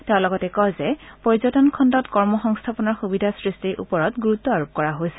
তেওঁ লগতে কয় যে পৰ্যটন খণ্ডত কৰ্ম সংস্থাপনৰ সুবিধা সৃষ্টিৰ ওপৰত গুৰুত্ব আৰোপ কৰা হৈছে